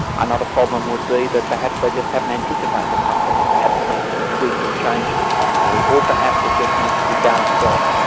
another problem would be that perhaps they but just haven't anticipated something, and perhaps it needs to be tweaked or changed in some area, or perhaps it just needs to be balanced off,